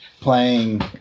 playing